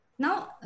Now